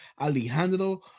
Alejandro